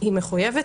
היא מחויבת,